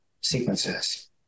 sequences